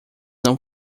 não